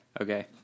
Okay